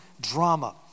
drama